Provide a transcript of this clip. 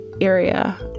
area